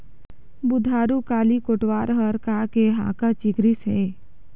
बुधारू काली कोटवार हर का के हाँका चिकरिस हे?